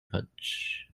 punch